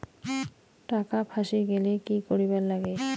টাকা ফাঁসি গেলে কি করিবার লাগে?